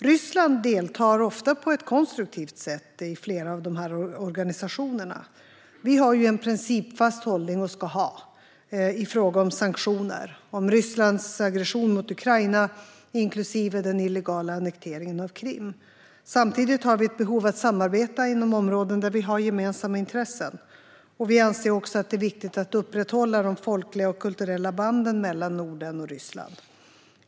Ryssland deltar ofta på ett konstruktivt sätt i flera av de här organisationerna. Vi har och ska ha en principfast hållning i fråga om sanktioner och om Rysslands aggression mot Ukraina, inklusive den illegala annekteringen av Krim. Samtidigt har vi behov av att samarbeta inom områden där vi har gemensamma intressen. Vi anser också att det är viktigt att upprätthålla de folkliga och kulturella banden mellan Norden och Ryssland.